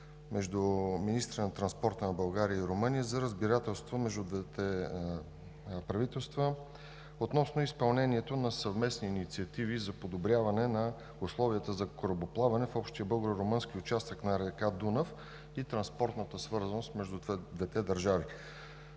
между министрите на транспорта на България и Румъния за разбирателство между двете правителства относно изпълнението на съвместни инициативи за подобряване на условията за корабоплаване в общия българо румънски участък на река Дунав и транспортната свързаност между двете държави.